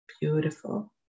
Beautiful